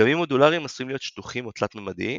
דגמים מודולריים עשויים להיות שטוחים או תלת-ממדיים,